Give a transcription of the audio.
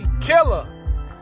Killer